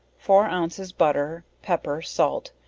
four ounces butter, pepper, salt,